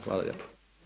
Hvala lijepa.